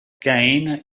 gain